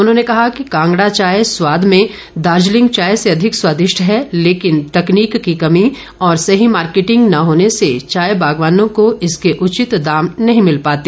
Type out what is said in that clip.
उन्होंने कहा कि कांगड़ा चाय स्वाद में दार्जलिंग चाय से अधिक स्वादिष्ट है लेकिन तकनीक की कमी और सही मार्केटिंग न होने से चाय बागवानों को इसके उचित दाम नहीं मिल पाते